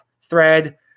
thread